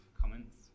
comments